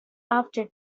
after